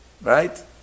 Right